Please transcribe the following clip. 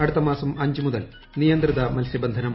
അടുത്ത മാസം അഞ്ച് മുതൽ നിയന്ത്രിത മത്സൃബന്ധനം